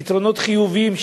פתרונות חיוביים,